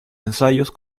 ensayos